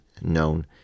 known